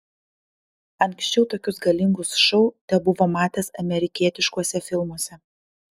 anksčiau tokius galingus šou tebuvo matęs amerikietiškuose filmuose